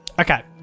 Okay